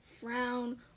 frown